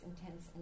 intense